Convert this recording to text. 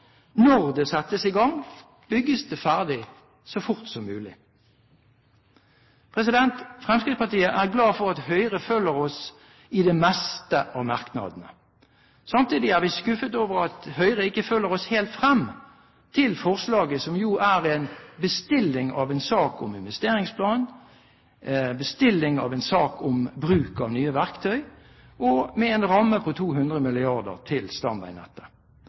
Når det settes i gang, bygges det ferdig så fort som mulig. Fremskrittspartiet er glad for at Høyre følger oss i det meste i merknadene. Samtidig er vi skuffet over at Høyre ikke følger oss helt frem – til forslaget, som jo er en bestilling av en sak om en investeringsplan, en bestilling av en sak om bruk av nye verktøy, med en ramme på 200 mrd. kr til